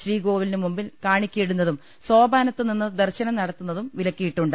ശ്രീകോ വിലിന് മുമ്പിൽ കാണിക്കയിടുന്നതും സോപാനത്ത് നിന്ന് ദർശനം നടത്തുന്നതും വിലക്കിയിട്ടുണ്ട്